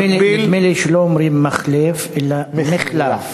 נדמה לי שלא אומרים מַחלֵף אלא מֶחלָף.